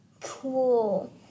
cool